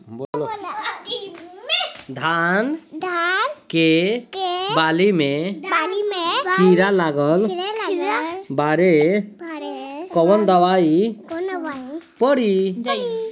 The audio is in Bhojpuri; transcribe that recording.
धान के बाली में कीड़ा लगल बाड़े कवन दवाई पड़ी?